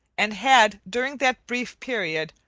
and had, during that brief period,